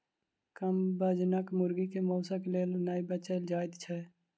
कम वजनक मुर्गी के मौंसक लेल नै बेचल जाइत छै